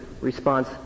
response